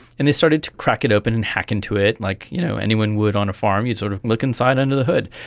and they started to crack it open and hack into it, like you know anyone would on a farm, you sort of look inside under the hood.